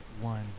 one